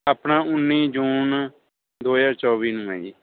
ਆਪਣਾ ਉੱਨੀ ਜੂਨ ਦੋ ਹਜ਼ਾਰ ਚੌਵੀ ਨੂੰ ਹੈ ਜੀ